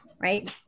right